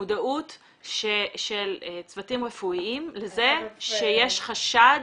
מודעות של צוותים רפואיים לזה שיש חשד,